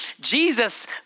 Jesus